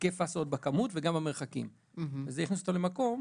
היקף ההסעות וגם במרחקים, וזה הכניס אותם למקום